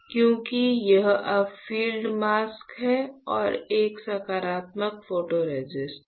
क्योंकि यह अब फील्ड मास्क है और एक सकारात्मक फोटोरेसिस्ट है